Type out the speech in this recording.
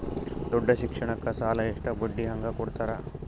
ದೊಡ್ಡ ಶಿಕ್ಷಣಕ್ಕ ಸಾಲ ಎಷ್ಟ ಬಡ್ಡಿ ಹಂಗ ಕೊಡ್ತಾರ?